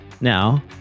now